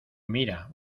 mira